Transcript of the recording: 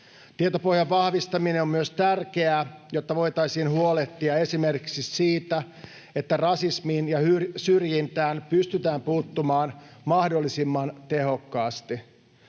tietopohjan vahvistaminen on tärkeää, jotta voitaisiin huolehtia esimerkiksi siitä, että rasismiin ja syrjintään pystytään puuttumaan mahdollisimman tehokkaasti.